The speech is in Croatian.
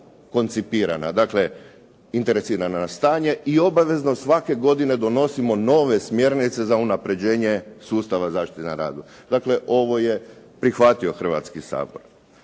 koncipirana. Dakle, interecirana na stanje i obavezno svake godine donosimo nove smjernice za unapređenje sustava zaštite na radu. Dakle, ovo je prihvatio Hrvatski sabor.